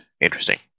interesting